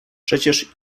przecież